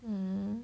mm